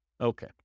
Okay